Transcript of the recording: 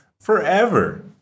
forever